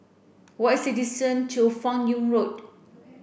what is the distance to Fan Yoong Road